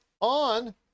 on